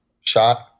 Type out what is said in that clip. Shot